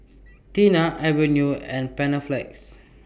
Tena Avene and Panaflex